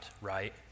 right